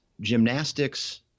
gymnastics